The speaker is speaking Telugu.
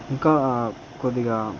ఇంకా కొద్దిగా